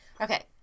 Okay